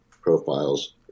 profiles